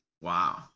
wow